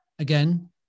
Again